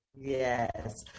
Yes